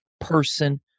person